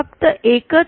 फक्त एकच